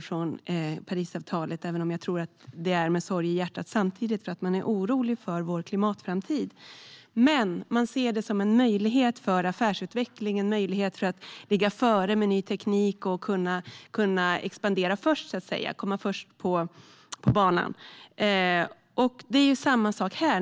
från Parisavtalet. Jag tror dock att det finns viss sorg i hjärtat och att man är orolig för vår klimatframtid. Samtidigt ses detta dock som en möjlighet för affärsutveckling, för att ligga före med ny teknik, och därmed kunna expandera först och komma först på banan. Samma sak gäller här.